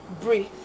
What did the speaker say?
breathe